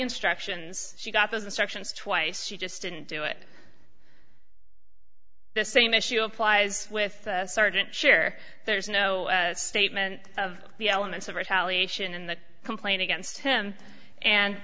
instructions she got those instructions twice she just didn't do it the same issue applies with sergeant sure there's no statement of the elements of retaliation in the complaint against him and